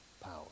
power